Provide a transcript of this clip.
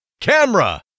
camera